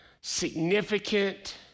significant